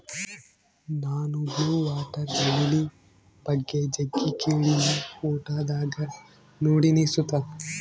ನಾನು blue water lily ಬಗ್ಗೆ ಜಗ್ಗಿ ಕೇಳಿನಿ, ಫೋಟೋದಾಗ ನೋಡಿನಿ ಸುತ